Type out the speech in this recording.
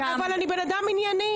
אני בן אדם ענייני